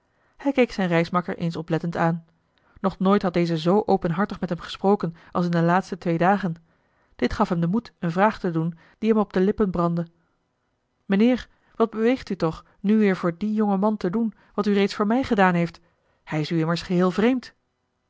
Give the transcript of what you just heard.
hij keek zijn reismakker eens oplettend aan nog nooit had deze zoo openhartig met hem gesproken als in de laatste twee dagen dit gaf hem den moed eene vraag te doen die hem op de lippen brandde mijnheer wat beweegt u toch nu weer voor dien jongen man te doen wat u reeds voor mij gedaan heeft hij is u immers geheel vreemd